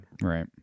right